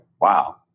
wow